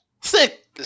Sick